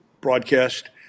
broadcast